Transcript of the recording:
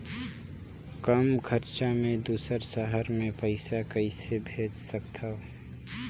कम खरचा मे दुसर शहर मे पईसा कइसे भेज सकथव?